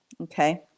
Okay